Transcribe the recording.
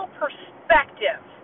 perspective